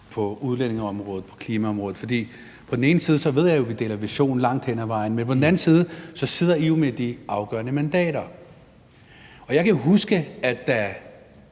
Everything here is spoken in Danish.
på udlændingeområdet og på klimaområdet, for på den ene siden ved jeg jo, at vi deler vision langt hen ad vejen, men på den anden side sidder I jo med de afgørende mandater. Jeg kan huske, at da